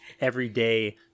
everyday